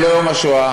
זה לא יום השואה.